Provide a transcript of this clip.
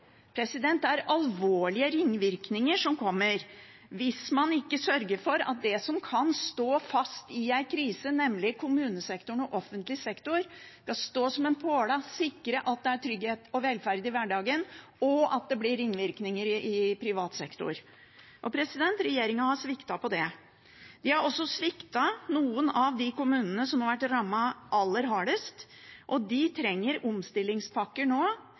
Det er alvorlige ringvirkninger som kommer hvis man ikke sørger for at det som kan stå fast i en krise, nemlig kommunesektoren og offentlig sektor, skal stå som en påle, sikre at det er trygghet og velferd i hverdagen, og at det blir ringvirkninger i privat sektor. Regjeringen har sviktet på det. De har også sviktet noen av de kommunene som har vært rammet aller hardest, og de trenger omstillingspakker nå,